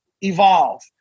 evolve